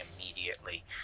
immediately